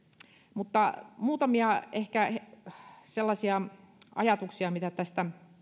mutta ehkä muutamia sellaisia ajatuksia mitä tästä